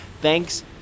Thanks